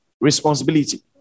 responsibility